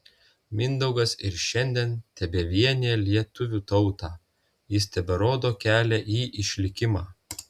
mindaugas ir šiandien tebevienija lietuvių tautą jis teberodo kelią į išlikimą